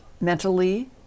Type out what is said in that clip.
mentally